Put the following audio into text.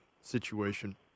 situation